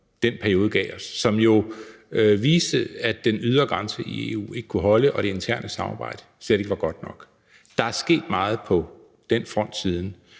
den periode gav os, som jo viste, at den ydre grænse i EU ikke kunne holde, og at det interne samarbejde slet ikke var godt nok. Der er sket meget på den front siden